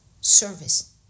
service